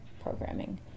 programming